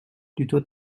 plutôt